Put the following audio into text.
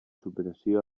superació